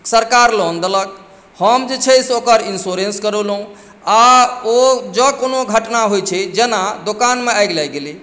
सरकार लोन देलक हम जे छै से ओकर इन्श्योरेन्स करौलहुँ आ ओ जँऽ कोनो घटना होइत छै जेना दोकानमे आगि लागि गेलै